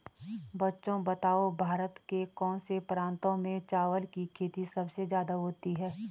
बच्चों बताओ भारत के कौन से प्रांतों में चावल की खेती सबसे ज्यादा होती है?